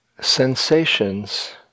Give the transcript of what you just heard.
sensations